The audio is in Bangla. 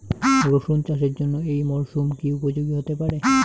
রসুন চাষের জন্য এই মরসুম কি উপযোগী হতে পারে?